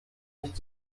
nicht